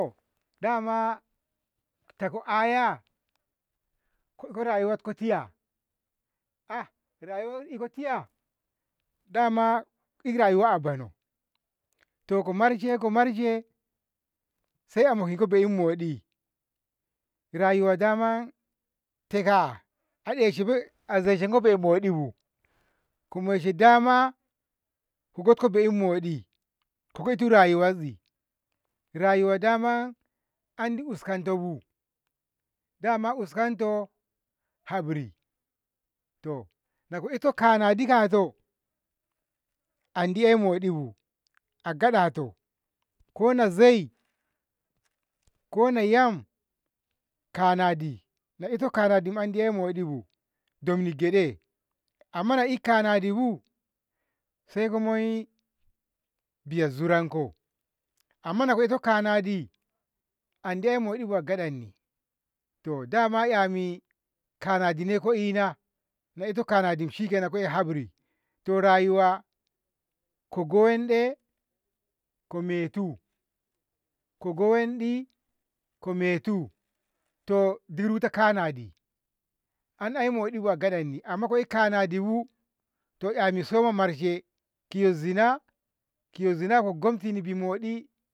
dama tako aya koiko rayuwatko tiya ah rayuwa iko tiya dama i' rayuwa a bono to ko marshe komarshe sai a mokiko be'i moɗi rayuwa daman tekaa azeshe azeshe go be'i moɗi bu komoishe dama gotko be'i moɗi ko itu rayuwat bazi rayuwa daman andi uskanto bu, daman uskanto habri to nako iko kanadi to andi ey moɗibu a gadato kona zai kona yam kanadi na ito kanadi an aiy moɗibu domni gede amma na ito kanadi bu saiko moyi biya zuranko amma nako ito kanadi andi eh moɗibu a gadanni, dama yami kanadi ne ko ina, na ko iko kanadi shikenan saiko eh habri kogo wanɗe ko metu, kogo wanɗi ko metu to ruta kanadi ai enmoɗibu a gaɗanni amma ko eh kanidibu to yani soma marshe kiyo zina kiyo zina gomtini be'i moɗi